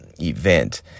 event